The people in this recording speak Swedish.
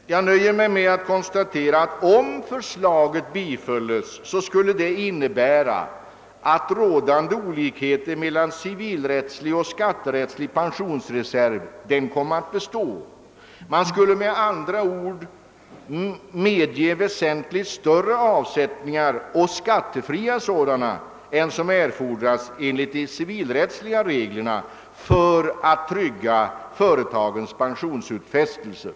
Jag nöjer mig med att konstatera att om förslaget blev bifallet skulle det innebära att rådande olik heter mellan civilrättslig och skatterättslig pensionsreserv blev bestående. Man skulle med andra ord medge väsentligt större avsättningar — och skattefria sådana — än som erfordras enligt de civilrättsliga reglerna för att trygga företagens pensionsutfästelser.